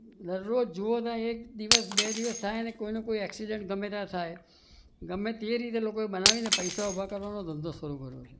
દરરોજ જુઓ તો એક દિવસ બે દિવસ થાય અને કોઈ ને કોઈ એક્સિડન્ટ ગમે ત્યારે થાય ગમે તે રીતે લોકો બનાવીને પૈસા ઊભા કરવાનો ધંધો શરૂ કર્યો છે